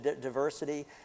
diversity